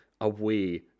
away